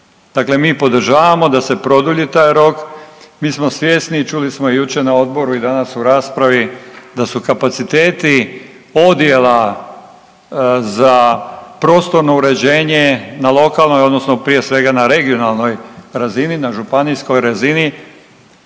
Dakle, mi podržavamo da se produlji taj rok, mi smo svjesni i čuli smo jučer na odboru i danas u raspravi da su kapaciteti odjela za prostorno uređenje na lokalnoj odnosno prije svega na regionalnoj razini, na županijskoj razini